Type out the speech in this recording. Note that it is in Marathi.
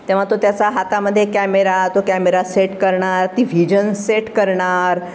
तेव्हा तो त्याचा हातामध्ये कॅमेरा तो कॅमेरा सेट करणार ती व्हिजन सेट करणार